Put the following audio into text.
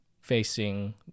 facing